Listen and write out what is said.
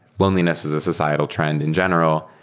loneliness is a societal trend in general,